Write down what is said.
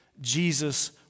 Jesus